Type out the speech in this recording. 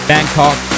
Bangkok